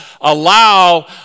allow